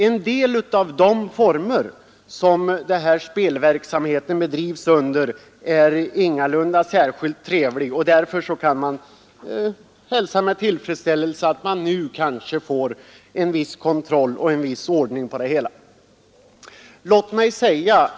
En del av de former som denna spelverksamhet bedrivs under är ingalunda särskilt trevliga, och därför kan man med tillfredsställelse hälsa att det nu kanske blir en viss kontroll och en viss ordning i detta sammanhang.